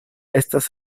estas